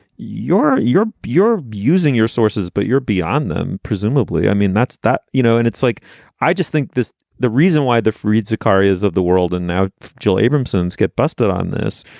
your your bureau using your sources. but you're beyond them, presumably. i mean, that's that, you know, and it's like i just think this the reason why the fareed zakaria is of the world and now jill abramson's get busted on this.